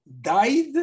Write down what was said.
died